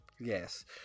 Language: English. Yes